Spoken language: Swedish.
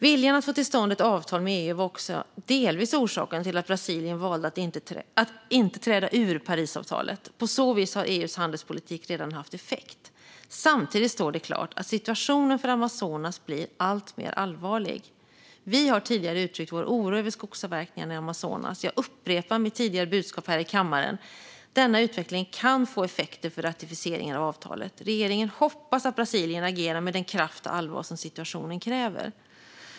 Viljan att få till stånd ett avtal med EU var också delvis orsaken till att Brasilien valde att inte träda ur Parisavtalet. På så vis har EU:s handelspolitik redan haft effekt. Samtidigt står det klart att situationen för Amazonas blir alltmer allvarlig. Vi har tidigare uttryckt vår oro över skogsavverkningarna i Amazonas. Jag upprepar mitt tidigare budskap här i kammaren: Denna utveckling kan få effekter för ratificeringen av avtalet. Regeringen hoppas att Brasilien agerar med den kraft och det allvar som situationen kräver.